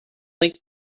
like